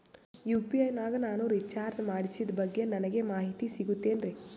UPI ನಾಗ ನಾನು recharge ಮಾಡಿಸಿದ ಬಗ್ಗೆ ನನಗೆ ಮಾಹಿತಿ ಸಿಗುತೇನ್ರೀ?